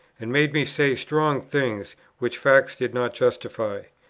and made me say strong things, which facts did not justify.